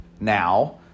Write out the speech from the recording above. now